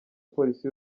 polisi